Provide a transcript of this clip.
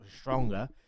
stronger